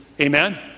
amen